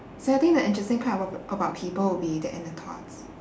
so I think the interesting part abo~ about people would be their inner thoughts